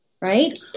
Right